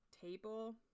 table